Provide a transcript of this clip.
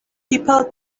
people